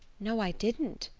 no, i didn't,